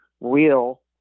real